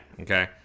Okay